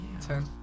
Ten